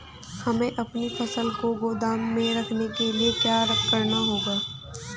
हमें अपनी फसल को गोदाम में रखने के लिये क्या करना होगा?